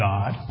God